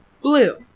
Blue